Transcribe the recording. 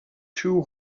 two